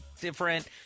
different